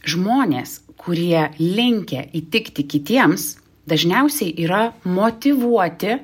žmonės kurie linkę įtikti kitiems dažniausiai yra motyvuoti